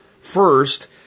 first